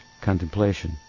contemplation